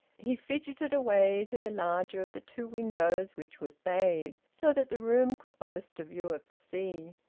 he fidgeted away to the larger of the two windows, which was bayed, so that the room could boast a view of the sea.